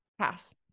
pass